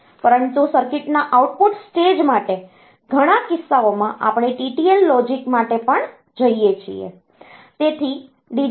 પરંતુ સર્કિટના output stage માટે ઘણા કિસ્સાઓમાં આપણે TTL લોજિક માટે પણ જઈએ છીએ